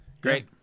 Great